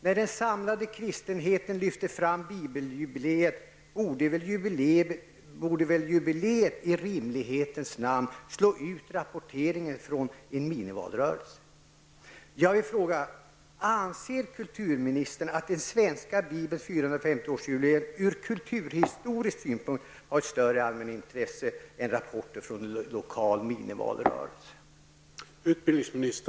När den samlade kristenheten lyfter fram bibeljubileet, borde väl detta jubileum i rimlighetens namn slå ut rapporteringen från en minivalrörelse? Anser kulturministern att den svenska bibelns 450-årsjubileum ur kulturhistorisk synpunkt har ett större allmänintresse än rapporter från en lokal minivalrörelse?